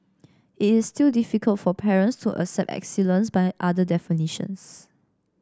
it is still difficult for parents to accept excellence by other definitions